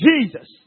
Jesus